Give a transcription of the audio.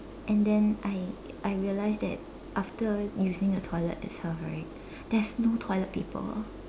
and then I I realised that after using the toilet itself right there is no toilet paper